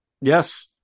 Yes